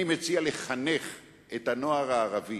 אני מציע לחנך את הנוער הערבי